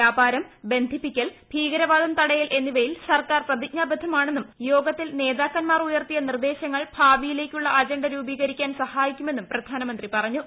വ്യാപാരം ബന്ധിപ്പിക്കൽ ഭീകരവാദം തടയൽ എന്നിവയിൽ സർക്കാർ പ്രതിജ്ഞാബദ്ധമാണന്നും യോഗത്തിൽ നേതാക്കൻമാർ ഉയർത്തിയ നിർദ്ദേശങ്ങൾ ഭാവിയിലേക്കുള്ള അജൻഡ രൂപീകരിക്കാൻ സഹായിക്കുമെന്നും പ്രധാനമന്ത്രി പറഞ്ഞു